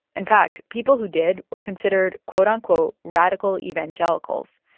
in fact, people who did were considered, quote, unquote, radical evangelicals.